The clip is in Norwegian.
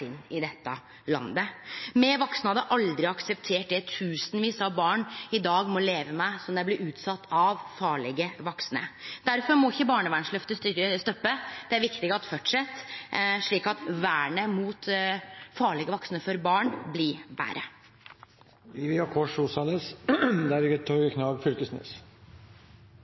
i dette landet. Me vaksne hadde aldri akseptert det tusenvis av barn i dag må leve med, som dei blir utsette for av farlege vaksne. Difor må ikkje barnevernsløftet stoppe. Det er viktig at det fortset, slik at vernet for barn mot farlege vaksne blir betre.